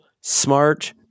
Smart